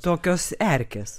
tokios erkės